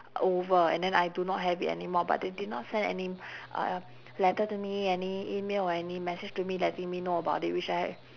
over and then I do not have it anymore but they did not send any uh letter to me any email or any message to me letting me know about it which I